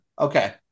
Okay